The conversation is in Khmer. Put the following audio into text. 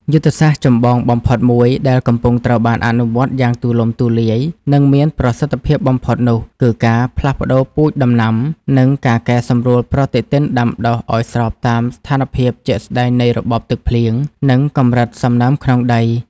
យុទ្ធសាស្ត្រចម្បងបំផុតមួយដែលកំពុងត្រូវបានអនុវត្តយ៉ាងទូលំទូលាយ និងមានប្រសិទ្ធភាពបំផុតនោះ គឺការផ្លាស់ប្តូរពូជដំណាំ និងការកែសម្រួលប្រតិទិនដាំដុះឱ្យស្របតាមស្ថានភាពជាក់ស្តែងនៃរបបទឹកភ្លៀង និងកម្រិតសំណើមក្នុងដី។